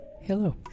Hello